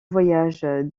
voyage